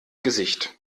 gesicht